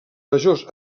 majors